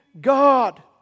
God